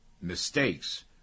mistakes